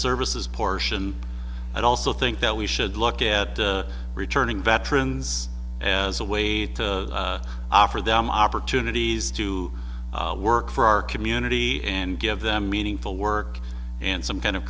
services portion and also think that we should look at returning veterans as a way to offer them opportunities to work for our community and give them meaningful work and some kind of